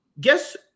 Guess